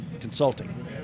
consulting